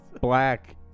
black